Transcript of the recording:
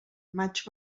maig